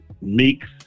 meeks